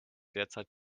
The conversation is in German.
derzeit